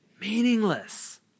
meaningless